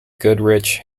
goodrich